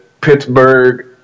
Pittsburgh